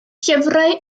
llyfrau